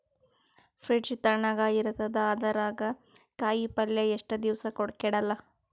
Fridge ತಣಗ ಇರತದ, ಅದರಾಗ ಕಾಯಿಪಲ್ಯ ಎಷ್ಟ ದಿವ್ಸ ಕೆಡಲ್ಲ?